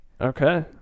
Okay